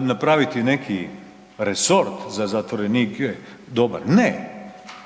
napraviti neki resort za zatvorenike dobar, ne,